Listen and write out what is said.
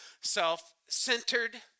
self-centered